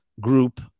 group